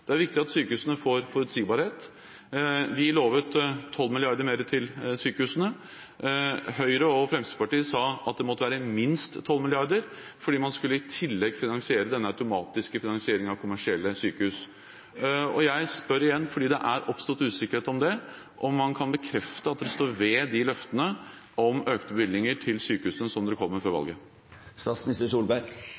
Det er viktig at sykehusene får forutsigbarhet. Vi lovet 12 mrd. kr mer til sykehusene. Høyre og Fremskrittspartiet sa at det måtte være minst 12 mrd. kr, fordi man i tillegg skulle finansiere den automatiske finansieringen av kommersielle sykehus. Og fordi det er oppstått usikkerhet om det, spør jeg igjen om man kan bekrefte at man står ved løftene om økte bevilgninger til sykehusene som